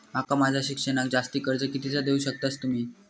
माका माझा शिक्षणाक जास्ती कर्ज कितीचा देऊ शकतास तुम्ही?